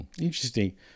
interesting